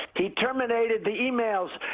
he terminated the e-mails.